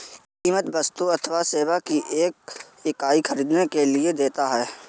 कीमत वस्तु अथवा सेवा की एक इकाई ख़रीदने के लिए देता है